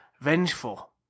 vengeful